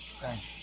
Thanks